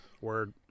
Word